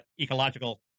ecological